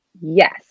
yes